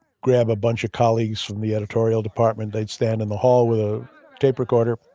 grab a bunch of colleagues from the editorial department, they'd stand in the hall with a tape recorder,